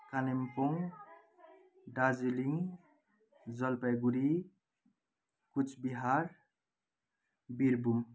Kalimpong Darjeeling Jalpaiguri Cooch Behar Birbhum